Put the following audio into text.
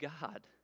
God